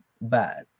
bad